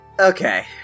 Okay